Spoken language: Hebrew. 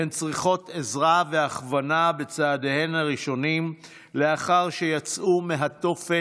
הן צריכות עזרה והכוונה בצעדיהן הראשונים לאחר שיצאו מהתופת,